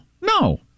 no